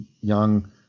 young